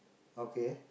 okay